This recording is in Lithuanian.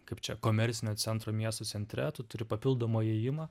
kaip čia komercinio centro miesto centre tu turi papildomą įėjimą